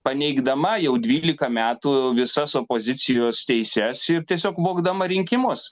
paneigdama jau dvylika metų visas opozicijos teises tiesiog vogdama rinkimus